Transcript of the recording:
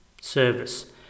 Service